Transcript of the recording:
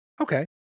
Okay